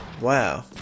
Wow